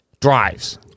drives